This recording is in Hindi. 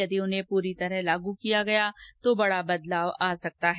यदि उन्हें पूर्णतः लागू किया गया तो बड़ा बदलाव आ सकता है